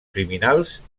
criminals